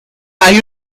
hay